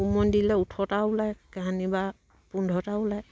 উমনি দিলে উঠৰটা ওলাই কাহানিবা পোন্ধৰটা ওলায়